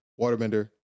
waterbender